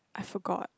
I forgot